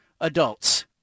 adults